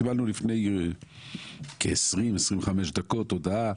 קיבלנו לפני כ-25-20 דקות הודעה